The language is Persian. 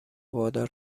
وادار